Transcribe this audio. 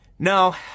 No